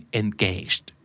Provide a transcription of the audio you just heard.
engaged